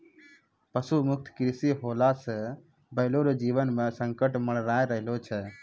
पशु मुक्त कृषि होला से बैलो रो जीवन मे संकट मड़राय रहलो छै